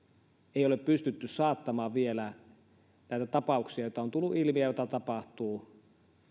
ei ole pystytty saattamaan vielä näitä tapauksia joita on tullut ilmi ja joita tapahtuu